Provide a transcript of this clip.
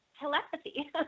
telepathy